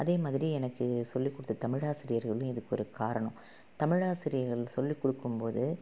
அதேமாதிரி எனக்கு சொல்லி கொடுத்த தமிழாசிரியர்களும் இதுக்கு ஒரு காரணம் தமிழாசிரியர்கள் சொல்லி கொடுக்கும்போது